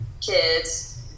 kids